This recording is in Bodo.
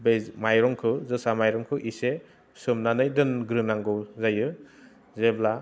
बे माइरंखौ जोसा माइरंखौ एसे सोमनानै दोनग्रोनांगौ जायो जेब्ला